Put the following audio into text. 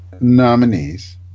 nominees